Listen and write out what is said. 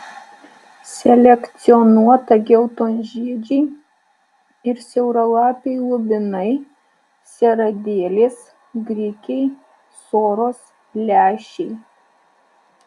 selekcionuota geltonžiedžiai ir siauralapiai lubinai seradėlės grikiai soros lęšiai